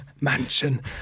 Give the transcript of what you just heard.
mansion